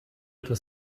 etwas